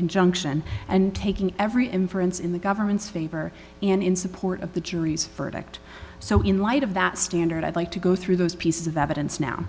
conjunction and taking every inference in the government's favor and in support of the jury's verdict so in light of that standard i'd like to go through those pieces of evidence now